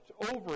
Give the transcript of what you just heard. over